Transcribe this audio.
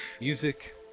music